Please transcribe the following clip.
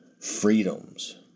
freedoms